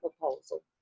proposal